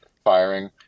firing